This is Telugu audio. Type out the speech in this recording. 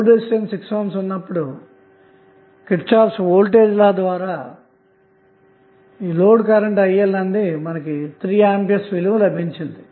లోడ్ రెసిస్టెన్స్ 6 ohm ఉన్నప్పుడు కిర్చోఫ్ యొక్క వోల్టేజ్ లా ద్వారా IL3A విలువను పొందుతారు